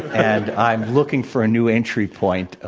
and i'm looking for a new entry point,